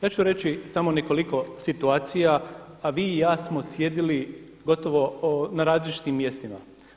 Ja ću reći samo nekoliko situacija a vi i ja smo sjedili gotovo na različitim mjestima.